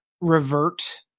revert